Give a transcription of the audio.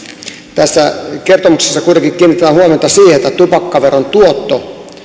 tässä kertomuksessa kuitenkin kiinnitetään huomiota siihen että tupakkaveron tuoton